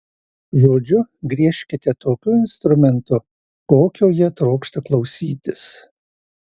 žodžiu griežkite tokiu instrumentu kokio jie trokšta klausytis